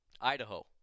Idaho